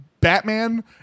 Batman